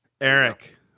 Eric